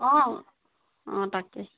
অঁ অঁ তাকে